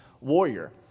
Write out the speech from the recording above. warrior